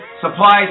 supplies